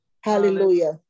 Hallelujah